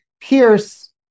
Pierce